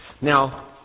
Now